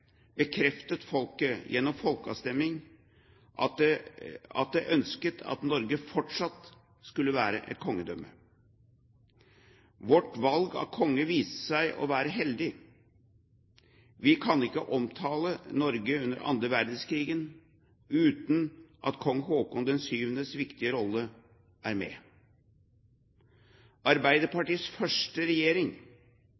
bekreftet folket gjennom folkeavstemning at det ønsket at Norge fortsatt skulle være et kongedømme. Vårt valg av konge viste seg å være heldig. Vi kan ikke omtale Norge under annen verdenskrig uten at kong Haakon VIIs viktige rolle er med.